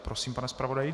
Prosím, pane zpravodaji.